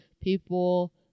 people